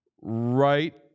Right